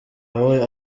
aho